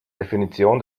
definition